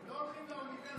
הם לא הולכים לאוניברסיטה.